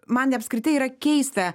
man apskritai yra keista